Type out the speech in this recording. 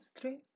three